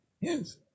Yes